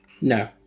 No